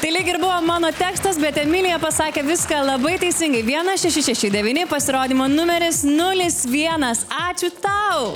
tai lyg ir buvo mano tekstas bet emilija pasakė viską labai teisingai vienas šeši šeši devyni pasirodymo numeris nulis vienas ačiū tau